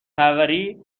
پروری